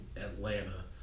Atlanta